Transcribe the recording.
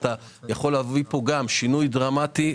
אתה יכול להביא פה גם שינוי דרמטי.